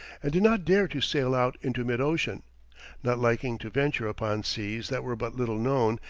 and did not dare to sail out into mid-ocean not liking to venture upon seas that were but little known,